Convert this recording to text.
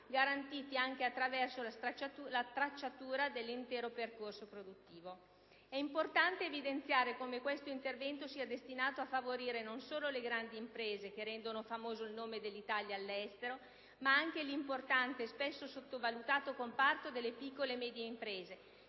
garantiti anche attraverso la tracciatura dell'intero percorso produttivo. È opportuno evidenziare come questo intervento sia destinato a favorire non solo le grandi imprese, che rendono famoso il nome dell'Italia all'estero, ma anche l'importante e spesso sottovalutato comparto delle piccole e medie imprese